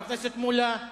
חבר הכנסת מולה,